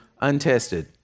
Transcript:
untested